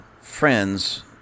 friends